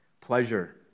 pleasure